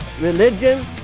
religion